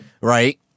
right